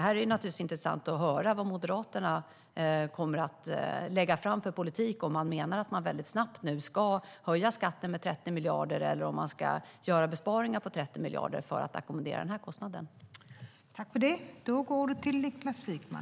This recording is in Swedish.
Här är det naturligtvis intressant att höra vad Moderaterna kommer att lägga fram för politik, om de menar att man mycket snabbt ska höja skatten med 30 miljarder eller om man ska göra besparingar på 30 miljarder för att ackommodera denna kostnad.